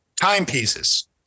Timepieces